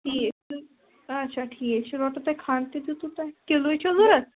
ٹھیک اچھا ٹھیک یہِ روٚٹوٕ تۄہہ کھنڈ تہِ دِتوٕ تۄہہ کِلوٗیہِ چھُو ضوٚرت